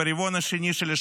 עם מהללת השהידים עאידה